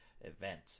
event